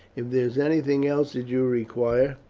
if there is anything else that you require,